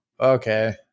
Okay